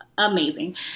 amazing